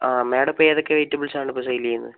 ആ മേഡം ഇപ്പം ഏതൊക്കെ വെജിറ്റബിൾസ് ആണ് ഇപ്പം സെയിൽ ചെയ്യുന്നത്